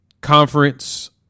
conference